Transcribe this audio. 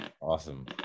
Awesome